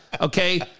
okay